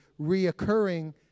reoccurring